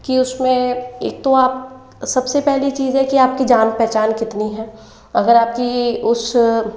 कि उसमें एक तो आप सबसे पहली चीज़ है कि आपकी जान पहचान कितनी है अगर आपकी उस